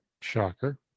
Shocker